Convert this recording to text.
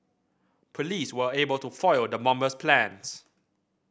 police were able to foil the bomber's plans